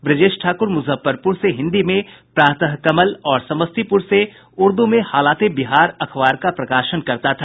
ब्रजेश ठाकुर मुजफ्फरपुर से हिन्दी में प्रातः कमल और समस्तीपुर स उर्दू में हालात ए बिहार अखबार का प्रकाशन करता था